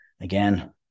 again